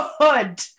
good